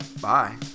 Bye